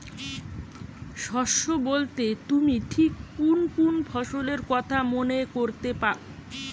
শস্য বোলতে তুমি ঠিক কুন কুন ফসলের কথা মনে করতে পার?